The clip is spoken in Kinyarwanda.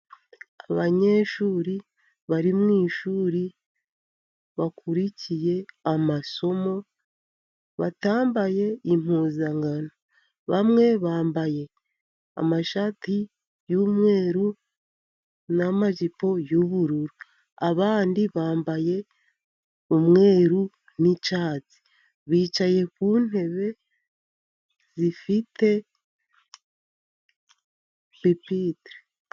Abanyeshuri bari mu ishuri, bakurikiye amasomo, batambaye impuzankano. Bamwe bambaye amashati y'umweru, n'amajipo y'ubururu. Abandi bambaye umweru, n'icyatsi. Bicaye ku ntebe zifite pipitire.